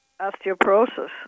Osteoporosis